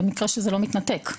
במקרה שזה לא מתנתק,